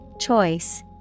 Choice